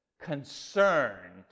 concerned